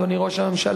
אדוני ראש הממשלה,